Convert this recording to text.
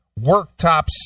worktops